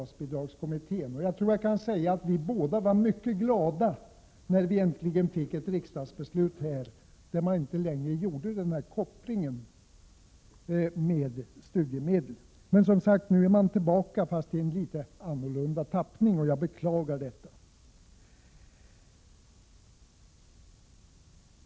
Jag tror att jag kan säga att vi båda var mycket glada, när vi äntligen fick ett riksdagsbeslut, som innebar att man inte längre kopplade ihop bostadsbidragen med studiemedlen. Men som sagt, nu är förslaget tillbaka, men i en litet annorlunda tappning. Jag beklagar detta.